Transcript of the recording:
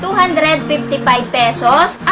so hundred and fifty five pesos.